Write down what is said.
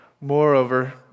Moreover